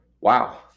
wow